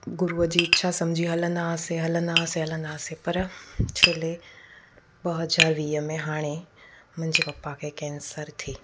गुरूअ जी इच्छा समुझी हलंदासीं हलंदासीं हलंदासीं पर छिले ॿ हज़ार वीह में हाणे मुंहिंजे पप्पा खे कैंसर थी